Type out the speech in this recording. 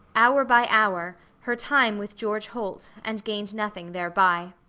hour by hour, her time with george holt, and gained nothing thereby.